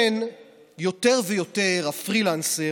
יותר ויותר הפרילנסר,